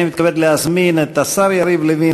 אני מתכבד להזמין את השר יריב לוין,